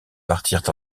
partirent